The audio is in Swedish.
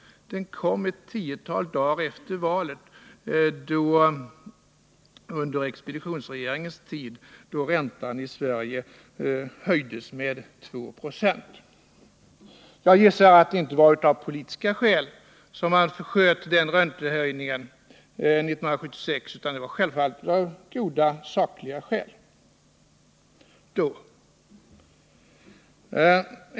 Den kom ett tiotal dagar efter valet — under expeditionsregeringens tid — då räntan i Sverige höjdes med 2 96. Jag gissar att det inte var av politiska skäl som man sköt på räntehöjningen 1976, utan att det självfallet var av goda sakliga skäl.